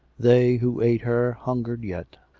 they who ate her hungered yet,